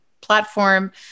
platform